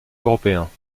européens